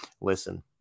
listen